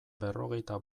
berrogeita